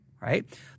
right